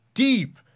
Deep